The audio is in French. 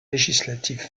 législatives